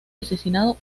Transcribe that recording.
asesinado